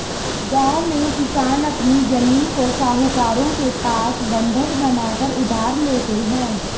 गांव में किसान अपनी जमीन को साहूकारों के पास बंधक बनाकर उधार लेते हैं